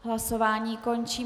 Hlasování končím.